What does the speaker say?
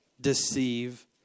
deceive